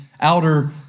outer